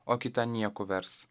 o kitą nieku vers